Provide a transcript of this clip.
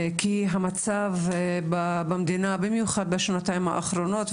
כי המצב במדינה במיוחד בשנתיים האחרונות,